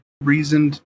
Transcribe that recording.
reasoned